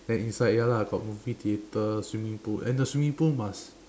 then inside ya lah got movie theatre swimming pool and the swimming pool must